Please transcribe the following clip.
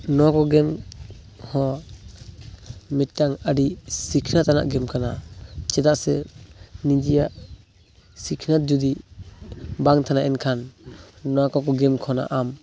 ᱱᱚᱣᱟᱠᱚ ᱜᱮᱢ ᱦᱚᱸ ᱢᱤᱫᱴᱟᱝ ᱟᱹᱰᱤ ᱥᱤᱠᱷᱱᱟᱹᱛᱼᱟᱱᱟᱜ ᱜᱮᱢ ᱠᱟᱱᱟ ᱪᱮᱫᱟᱜ ᱥᱮ ᱱᱤᱡᱮᱨᱟᱜ ᱥᱤᱠᱷᱱᱟᱹᱛ ᱡᱩᱫᱤ ᱵᱟᱝ ᱛᱮᱦᱮᱱᱟ ᱮᱱᱠᱷᱟᱱ ᱱᱚᱣᱟᱠᱚ ᱜᱮᱢ ᱠᱷᱚᱱᱟᱜ ᱟᱢ